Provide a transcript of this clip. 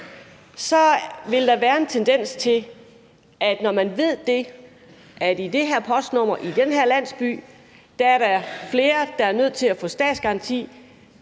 så vil der, når man ved, at i det her postnummer, i den her landsby, er flere, der er nødt til at få statsgaranti,